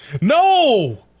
No